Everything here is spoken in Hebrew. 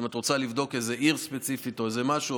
אם את רוצה לבדוק עיר ספציפית או איזה משהו,